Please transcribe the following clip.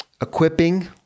equipping